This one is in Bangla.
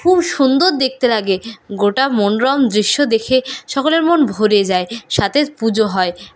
খুব সুন্দর দেখতে লাগে গোটা মনোরম দৃশ্য দেখে সকলের মন ভরে যায় সাথে পুজো হয়